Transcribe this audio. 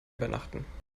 übernachten